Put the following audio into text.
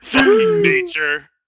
nature